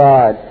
God